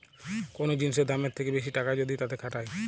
কোন জিনিসের দামের থেকে বেশি টাকা যদি তাতে খাটায়